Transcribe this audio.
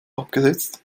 abgesetzt